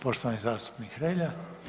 Poštovani zastupnik Hrelja.